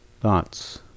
thoughts